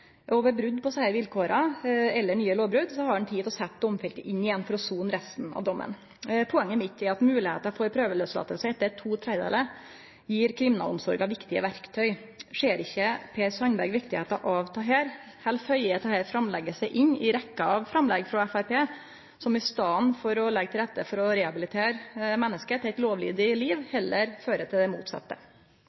brudd på desse vilkåra, eller ved nye lovbrudd, har ein tid til å setje domfelte inn igjen for å sone resten av dommen. Poenget mitt er at moglegheita for prøveløslating etter to tredelar gir kriminalomsorga viktige verktøy. Ser ikkje Per Sandberg viktigheita av dette, eller føyer dette framlegget seg inn i rekkja av framlegg frå Framstegspartiet, som i staden for å leggje til rette for å rehabilitere menneske til eit lovlydig liv, heller fører til det motsette?